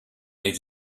need